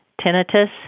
tinnitus